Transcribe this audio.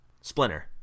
Splinter